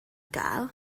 gael